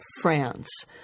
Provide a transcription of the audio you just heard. France—